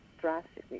drastically